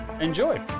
Enjoy